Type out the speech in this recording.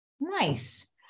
Nice